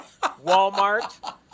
Walmart